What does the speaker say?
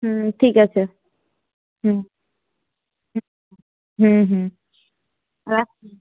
হুম ঠিক আছে হুম হুম হুম রাখছি